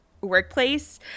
workplace